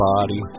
body